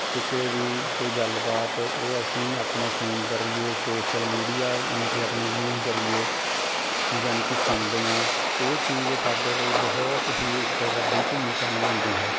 ਕਿਤੇ ਵੀ ਕੋਈ ਗੱਲਬਾਤ ਉਹ ਅਸੀਂ ਆਪਣੇ ਫੋਨ ਜ਼ਰੀਏ ਸ਼ੋਸ਼ਲ ਮੀਡੀਆ ਮਕੀ ਆਪਣੇ ਜਿਵੇਂ ਵੀ ਜ਼ਰੀਏ ਜਾਣੀ ਕਿ ਸੁਣਦੇ ਹਾਂ ਉਹ ਚੀਜ਼ ਸਾਡੇ ਲਈ ਬਹੁਤ ਹੀ ਇੱਕ ਵੱਡੀ ਭੂਮਿਕਾ ਨਿਭਾਉਂਦੀ ਹੈ